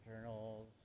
journals